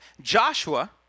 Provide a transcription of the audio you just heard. Joshua